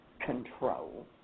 control